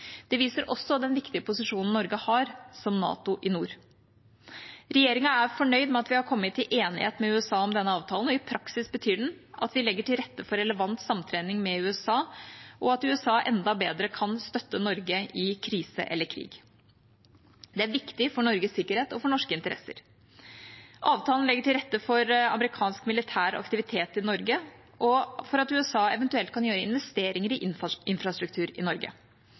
Det viser også den viktige posisjonen Norge har som NATO i nord. Regjeringa er fornøyd med at vi har kommet til enighet med USA om denne avtalen. I praksis betyr den at vi legger til rette for relevant samtrening med USA, og at USA enda bedre kan støtte Norge i krise eller krig. Det er viktig for Norges sikkerhet og for norske interesser. Avtalen legger til rette for amerikansk militær aktivitet i Norge og for at USA eventuelt kan gjøre investeringer i infrastruktur i Norge.